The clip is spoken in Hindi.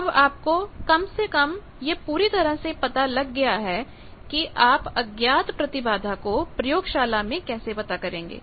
अब आपको कम से कम यह पूरी तरह से पता लग गया है कि आप अज्ञात प्रतिबाधा को प्रयोगशाला में कैसे पता करेंगे